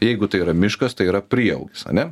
jeigu tai yra miškas tai yra prieaugis ane